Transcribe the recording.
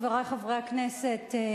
חברי חברי הכנסת,